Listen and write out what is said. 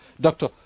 doctor